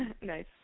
Nice